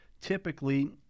typically